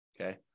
Okay